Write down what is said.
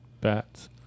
bats